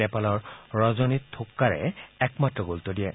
নেপালৰ ৰজনী থোক্কাৰে একমাত্ৰ গলটো দিয়ে